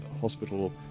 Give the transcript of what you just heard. hospital